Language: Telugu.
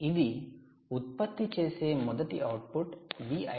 ఇది ఉత్పత్తి చేసే మొదటి అవుట్పుట్ Vldo